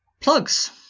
Plugs